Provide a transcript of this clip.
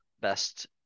best